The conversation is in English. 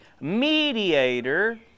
mediator